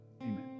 Amen